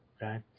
Right